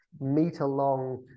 meter-long